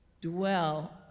dwell